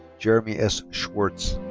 jeremy s. swartz.